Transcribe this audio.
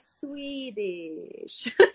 Swedish